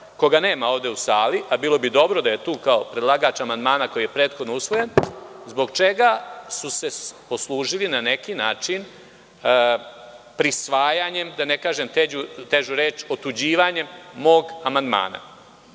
koga nema ovde u sali, a bilo bi dobro da je tu kao predlagač amandmana koji je prethodno usvojen – zbog čega su se poslužili, na neki način, prisvajanjem, da ne kažem težu reč, otuđivanjem mog